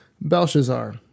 Belshazzar